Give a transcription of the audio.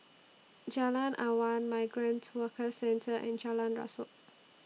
Jalan Awan Migrant Workers Centre and Jalan Rasok